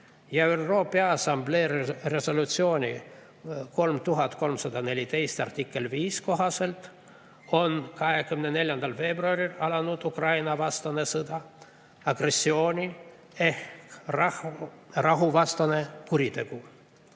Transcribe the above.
ÜRO Peaassamblee resolutsiooni 3314 artikkel 5 kohaselt on 24. veebruaril alanud Ukraina-vastane sõda agressioon ehk rahuvastane kuritegu.